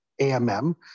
AMM